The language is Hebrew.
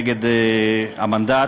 נגד המנדט,